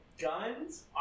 Guns